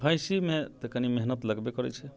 भैँसीमे तऽ कनि मेहनत लगबे करै छै